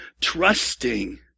trusting